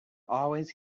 always